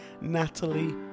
Natalie